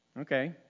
Okay